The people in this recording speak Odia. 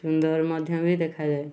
ସୁନ୍ଦର ମଧ୍ୟ ବି ଦେଖାଯାଏ